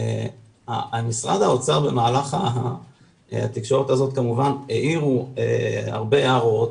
משרד האוצר במהלך התקשורת הזו כמובן העירו הרבה הערות,